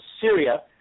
Syria